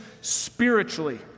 spiritually